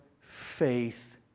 faith